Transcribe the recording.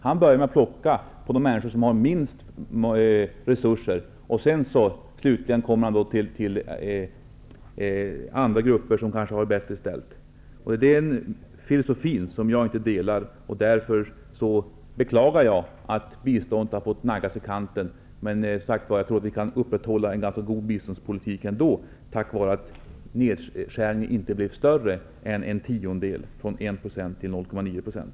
Han börjar med att plocka av de människor som har minst resurser. Slutligen kommer han till andra grupper som har det bättre ställt. Den filosofin delar jag inte. Därför beklagar jag att biståndet har fått naggas i kanten. Men jag tror att vi ändå kan upprätthålla en ganska bra biståndspolitik tack vare att nedskärningen inte blev större än en tiondels procentandel, från 1 % till 0,9 %.